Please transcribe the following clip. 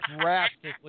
drastically